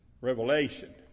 revelation